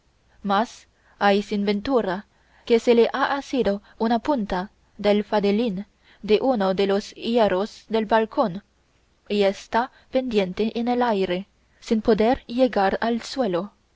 mas ay sin ventura que se le ha asido una punta del faldellín de uno de los hierros del balcón y está pendiente en el aire sin poder llegar al suelo